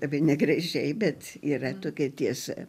labai negražiai bet yra tokia tiesa